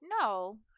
No